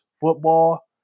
football